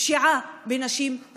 פשיעה בנשים,